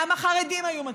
גם החרדים היו מצביעים,